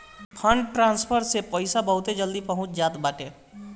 fund transfer से पईसा बहुते जल्दी पहुंच जात बाटे